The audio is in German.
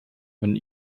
von